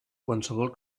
qualsevol